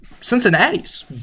Cincinnati's